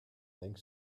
think